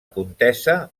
contesa